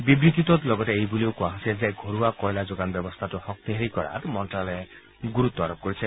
বিবৃতিটোত লগতে এই বুলিও কোৱা হৈছে যে ঘৰুৱা কয়লা যোগান ব্যৱস্থাটো শক্তিশালী কৰাৰ বাবে মন্ত্যালয়ে গুৰুত্ব আৰোপ কৰিছে